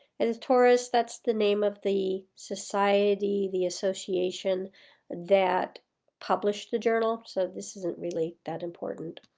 editores, that's the name of the society, the association that published the journal. so this isn't really that important.